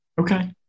Okay